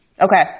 Okay